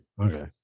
Okay